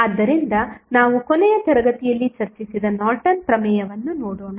ಆದ್ದರಿಂದ ನಾವು ಕೊನೆಯ ತರಗತಿಯಲ್ಲಿ ಚರ್ಚಿಸಿದ ನಾರ್ಟನ್ ಪ್ರಮೇಯವನ್ನು ನೋಡೋಣ